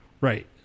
Right